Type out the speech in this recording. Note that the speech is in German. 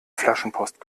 flaschenpost